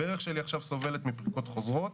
הברך שלי עכשיו סובלת מפריקות חוזרות,